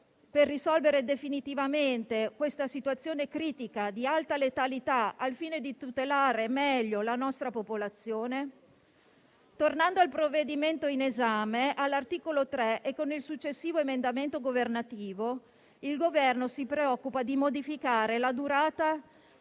per risolvere definitivamente questa situazione critica di alta letalità, al fine di tutelare meglio la nostra popolazione? Tornando al provvedimento in esame, all'articolo 3 e con il successivo emendamento governativo il Governo si preoccupa di modificare la durata